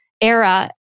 era